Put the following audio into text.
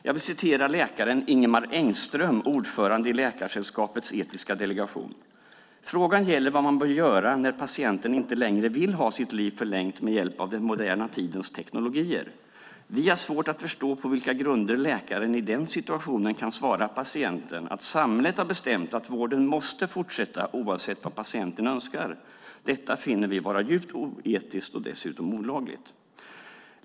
Jag vill citera läkaren Ingemar Engström, ordförande i Läkaresällskapets etiska delegation: "Men frågan gäller vad man bör göra när patienten inte längre vill ha sitt liv förlängt med hjälp av den moderna medicinens teknologier? Vi har svårt att förstå på vilka grunder läkaren i den situationen kan svara patienten att samhället har bestämt att vården måste fortsätta oavsett vad patienten önskar. Det finner vi vara djupt oetiskt och dessutom olagligt."